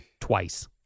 twice